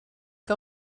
que